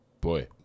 boy